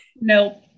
Nope